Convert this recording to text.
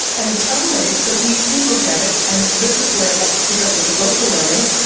and suddenly, so we did look at it. and this is where i'd like to pick up with the vocal learning,